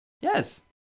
yes